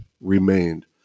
remained